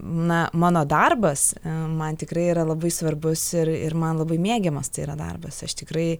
na mano darbas man tikrai yra labai svarbus ir ir man labai mėgiamas tai yra darbas aš tikrai